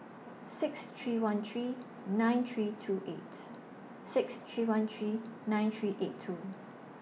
six three one three nine three two eight six three one three nine three eight two